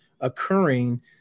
occurring